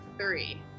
three